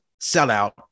sellout